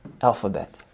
alphabet